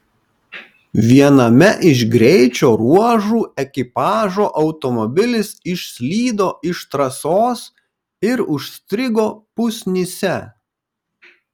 viename iš greičio ruožų ekipažo automobilis išslydo iš trasos ir užstrigo pusnyse